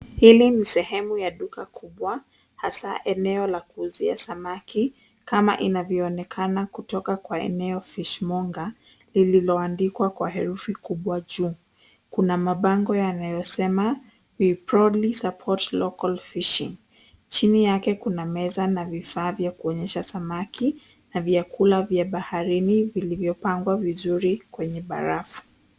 Hili ni sehemu ya duka kubwa, hasa eneo la kuuzia samaki, kama inavyoonekana kutoka kwa eneo fish monger lililoandikwa kwa herufi kubwa juu. Kuna mabango yanayosema we proudly support local fishing . Chini yake kuna meza na vifaa vya kuonyesha samaki na vyakula vya baharini vilivyopangwa vizuri kwenye barafu.